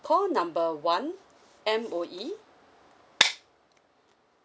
call number one M_O_E